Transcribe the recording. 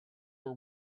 are